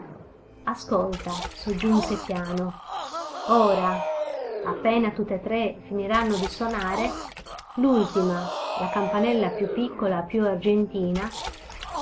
ascolta soggiunse piano ora appena tutt'e tre finiranno di sonare l'ultima la campanella più piccola e più argentina